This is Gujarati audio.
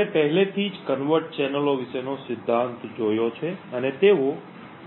આપણે પહેલેથી જ કન્વર્ટ ચેનલો વિશેનો સિદ્ધાંત જોયો છે અને તેઓ